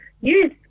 use